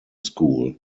school